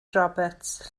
roberts